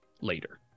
later